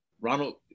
Ronald